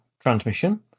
transmission